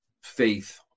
faith